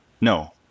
No